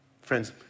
Friends